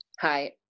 hi